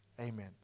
Amen